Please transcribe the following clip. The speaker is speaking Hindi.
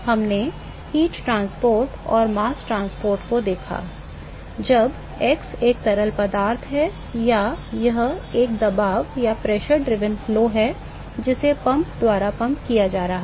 हमने ऊष्मा परिवहन और मास परिवहन को देखा जब x एक तरल पदार्थ है या यह एक दबाव संचालित प्रवाह है जिसे पंप द्वारा पंप किया जा रहा है